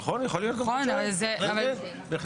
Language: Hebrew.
זה יכול להיות גם חודשיים, בהחלט כן.